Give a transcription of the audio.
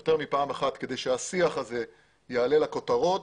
יותר מפעם אחת כדי שהשיח הזה יעלה לכותרות.